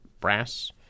brass